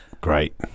great